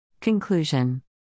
Conclusion